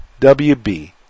WB